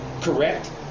correct